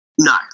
No